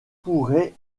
pourrait